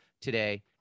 today